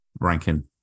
ranking